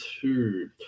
two